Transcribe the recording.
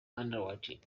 underwriting